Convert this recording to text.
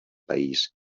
país